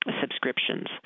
subscriptions